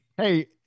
Hey